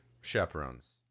chaperones